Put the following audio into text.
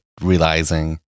realizing